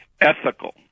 Ethical